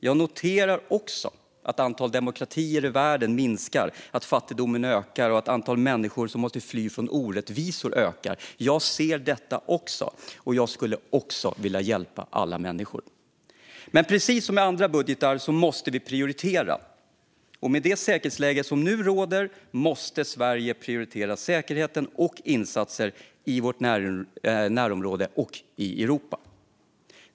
Jag noterar även att antalet demokratier i världen minskar, att fattigdomen ökar och att antalet människor som måste fly från orättvisor ökar. Jag ser detta, och jag skulle också vilja hjälpa alla. Men precis som i andra budgetar måste vi prioritera. Och med det säkerhetsläge som råder måste Sverige prioritera säkerheten och insatser i vårt närområde och i Europa.